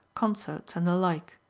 concerts and the like.